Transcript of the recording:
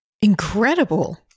Incredible